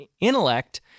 intellect